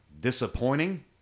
Disappointing